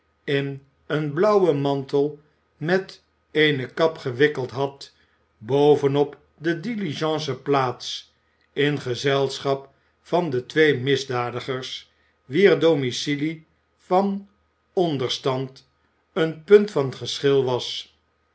in een blauwen mantel met eene kap gewikkeld had boven op de diligence plaats in gezelschap van de twee misdadigers wier domicilie van onderstand een punt van geschil was